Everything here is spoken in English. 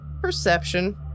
perception